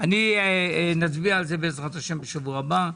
נצביע על זה בעזרת השם בשבוע הבא.